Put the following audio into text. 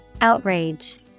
Outrage